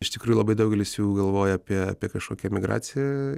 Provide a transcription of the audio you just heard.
iš tikrųjų labai daugelis jų galvoja apie apie kažkokią emigraciją